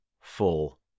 full